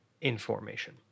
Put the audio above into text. information